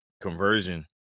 conversion